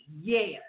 yes